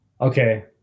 Okay